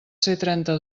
trenta